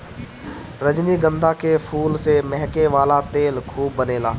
रजनीगंधा के फूल से महके वाला तेल खूब बनेला